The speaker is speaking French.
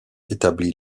établit